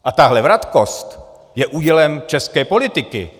A tahle vratkost je údělem české politiky.